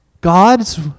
God's